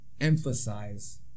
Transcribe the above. emphasize